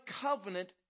covenant